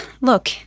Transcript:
look